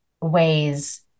ways